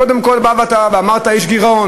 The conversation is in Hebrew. קודם כול באת ואמרת: יש גירעון,